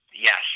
Yes